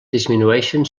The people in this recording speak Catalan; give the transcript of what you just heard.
disminueixen